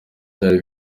byari